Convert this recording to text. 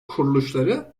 kuruluşları